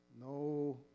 No